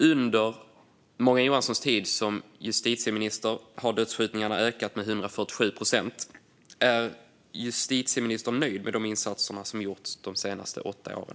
Under Morgan Johanssons tid som justitieminister har antalet dödsskjutningar ökat med 147 procent. Är justitieministern nöjd med de insatser som gjorts de senaste åtta åren?